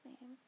name